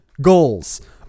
Goals